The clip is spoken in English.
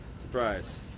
surprise